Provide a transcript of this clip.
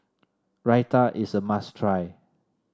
raita is a must try